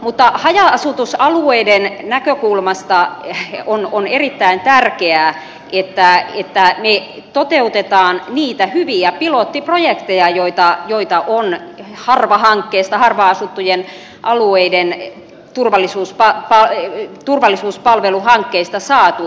mutta haja asutusalueiden näkökulmasta on erittäin tärkeää että me toteutamme niitä hyviä pilottiprojekteja joita on harva hankkeesta harvaan asuttujen alueiden turvallisuuspalveluhankkeesta saatu